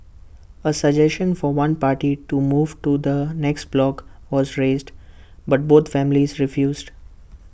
A suggestion for one party to move to the next block was raised but both families refused